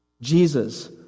Jesus